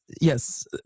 Yes